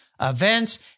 events